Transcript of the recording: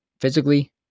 physically